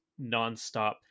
nonstop